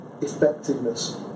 effectiveness